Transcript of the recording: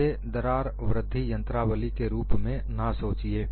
इसे दरार वृद्धि यंत्रावली के रूप में ना सोचिए